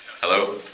Hello